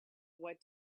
what